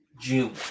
June